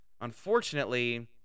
Unfortunately